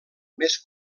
més